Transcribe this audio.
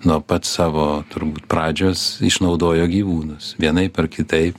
nuo pat savo turbūt pradžios išnaudojo gyvūnus vienaip ar kitaip